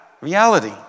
reality